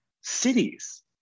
cities